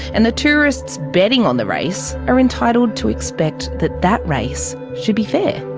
and the tourists betting on the race are entitled to expect that that race should be fair.